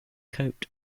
coat